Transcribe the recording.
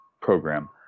program